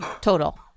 Total